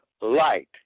light